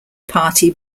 party